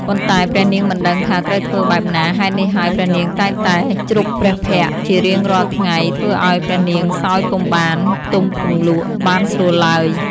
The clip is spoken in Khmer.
ប៉ុន្តែព្រះនាងមិនដឹងថាត្រូវធ្វើបែបណា ហេតុនេះហើយព្រះនាងតែងតែជ្រប់ព្រះភ័ក្រជារាងរាល់ថ្ងៃធ្វើឲ្យព្រះនាងសោយពុំបាន ផ្ទំពុំលក់បានស្រួលឡើយ។